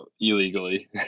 illegally